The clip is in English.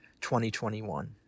2021